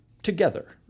Together